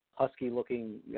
husky-looking